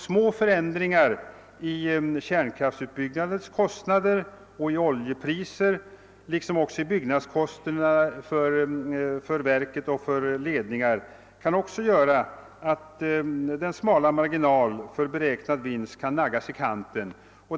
Små förändringar i kärnkraftsutbyggnadskostnader, i oljepriser liksom i byggnadskostnader för verk och ledningar kan också göra att den smala marginalen för beräknad vinst kan naggas i kanten.